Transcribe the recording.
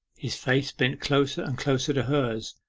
his face bent closer and closer to hers,